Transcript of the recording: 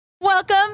Welcome